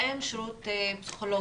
האם שירות פסיכולוגי,